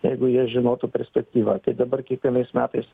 jeigu jie žinotų perspektyvą tai dabar kiekvienais metais